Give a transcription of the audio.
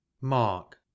Mark